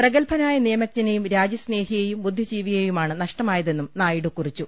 പ്രഗത്ഭനായ നിയമജ്ഞനെയും രാജ്യസ്നേ ഹിയെയും ബുദ്ധിജീവിയെയുമാണ് നഷ്ടമായതെന്നും നായിഡു കുറി ച്ചു